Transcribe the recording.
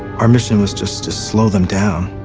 our mission was just to slow them down,